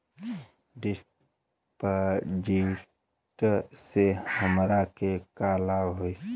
डिपाजिटसे हमरा के का लाभ होई?